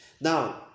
Now